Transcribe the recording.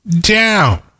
down